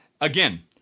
again